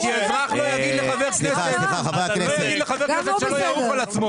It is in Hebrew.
אזרח לא יגיד לחבר כנסת שלא יעוף על עצמו.